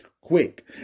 quick